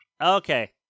Okay